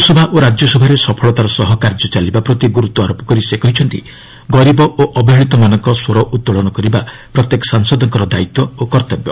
ଲୋକସଭା ଓ ରାଜ୍ୟସଭାରେ ସଫଳତାର ସହ କାର୍ଯ୍ୟ ଚାଲିବା ପ୍ରତି ଗୁରୁତ୍ୱ ଆରୋପ କରି ସେ କହିଛନ୍ତି ଗରିବ ଓ ଅବହେଳିତମାନଙ୍କ ପାଇଁ ସ୍ୱର ଉତ୍ତୋଳନ କରିବା ପ୍ରତ୍ୟେକ ସାଂସଦଙ୍କର ଦାୟିତ୍ୱ ଓ କର୍ତ୍ତବ୍ୟ